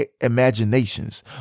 imaginations